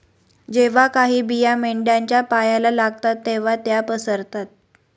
जेव्हा काही बिया मेंढ्यांच्या पायाला लागतात तेव्हा त्या पसरतात